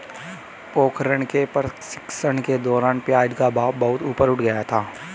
पोखरण के प्रशिक्षण के दौरान प्याज का भाव बहुत ऊपर उठ गया था